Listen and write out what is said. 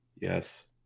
Yes